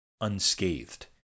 unscathed